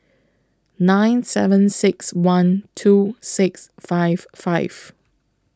nine seven six one two six five five